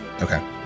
Okay